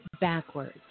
backwards